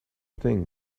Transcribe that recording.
thing